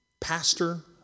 pastor